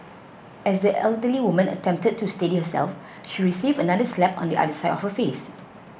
as the elderly woman attempted to steady herself she received another slap on the other side of her face